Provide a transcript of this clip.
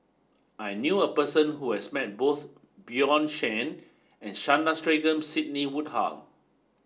I knew a person who has met both Bjorn Shen and Sandrasegaran Sidney Woodhull